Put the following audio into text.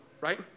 right